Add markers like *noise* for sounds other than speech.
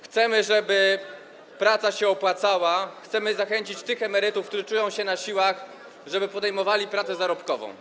Chcemy, żeby praca się opłacała, chcemy zachęcić tych emerytów, którzy czują się na siłach, żeby podejmowali pracę *noise* zarobkową.